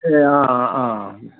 ए अँ अँ अँ